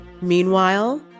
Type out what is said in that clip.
Meanwhile